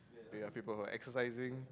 you have people who are exercising